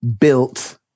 built